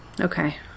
Okay